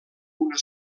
una